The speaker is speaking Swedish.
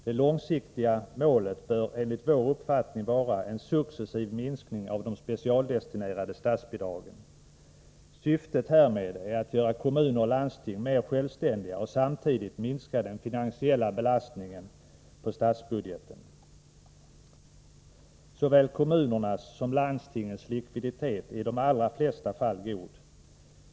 Det långsiktiga målet bör enligt vår uppfattning vara en successiv minskning av de specialdestinerade statsbidragen. Syftet härmed är att göra kommuner och landsting mer självständiga och samtidigt minska den finansiella belastningen på statsbudgeten. Såväl kommunernas som landstingens likviditet är i de allra flesta fall god.